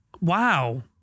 Wow